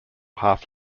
half